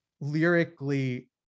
lyrically